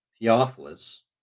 Theophilus